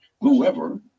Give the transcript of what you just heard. whoever